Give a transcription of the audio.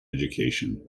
education